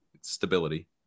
stability